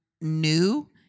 new-